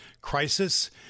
crisis